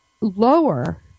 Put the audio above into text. lower